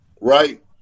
right